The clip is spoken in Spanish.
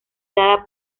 dada